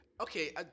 Okay